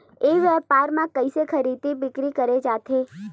ई व्यापार म कइसे खरीदी बिक्री करे जाथे?